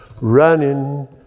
running